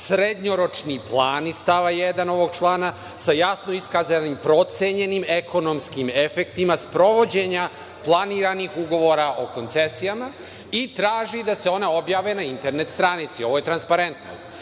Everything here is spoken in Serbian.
srednjoročni plan iz stava 1. ovog člana sa jasno iskazanim procenjenim ekonomskim efektima sprovođenja planiranih ugovora o koncesijama i traži da se ona objave na internet stranici. Ovo je transparentnost.